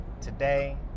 today